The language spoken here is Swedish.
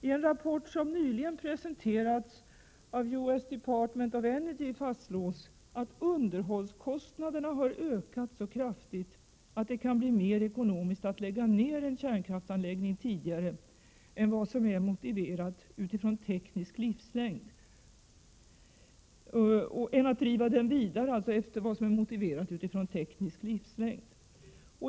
I en rapport som nyligen presenterats av US Department of Energy fastslås att underhållskostnaderna har ökat så kraftigt att det kan bli mer ekonomiskt att lägga ned en kärnkraftsanläggning än att driva den vidare utifrån vad som anses vara motiverat med hänsyn till teknisk livslängd.